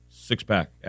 Six-pack